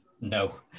no